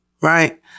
Right